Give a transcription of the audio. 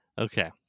Okay